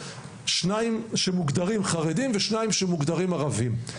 שניים שמוגדרים חרדים ושניים שמוגדרים ערבים.